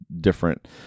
different